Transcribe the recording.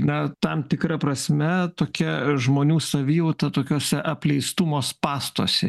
na tam tikra prasme tokia žmonių savijauta tokiuose apleistumo spąstuose